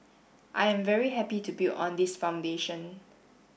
I am very happy to build on this foundation